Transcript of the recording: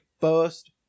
first